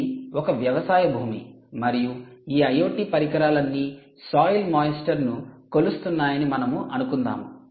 ఇది ఒక వ్యవసాయ భూమి మరియు ఈ IoT పరికరాలన్నీ సాయిల్ మాయిస్చర్ను కొలుస్తున్నాయని మనము అనుకుందాము